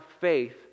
faith